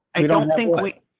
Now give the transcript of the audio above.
i don't think we,